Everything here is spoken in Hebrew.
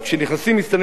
הדבר הראשון,